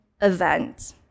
event